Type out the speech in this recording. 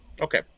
Okay